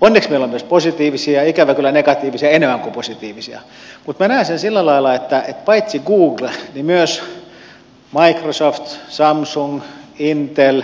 onneksi meillä on myös positiivisia ikävä kyllä negatiivisia enemmän kuin positiivisia mutta minä näen sen sillä lailla että paitsi google myös microsoft samsung intel